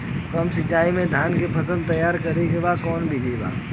कम सिचाई में धान के फसल तैयार करे क कवन बिधि बा?